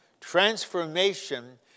transformation